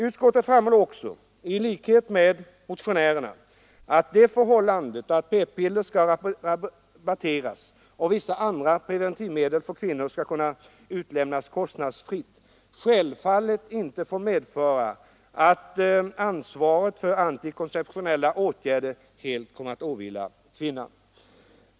Utskottet framhåller också i likhet med motionärerna att det förhållandet att p-piller skall rabatteras och vissa andra preventivmedel för kvinnor skall kunna utlämnas kostnadsfritt självfallet inte får medföra att ansvaret för antikonceptionella åtgärder helt kommer att vila på kvinnan.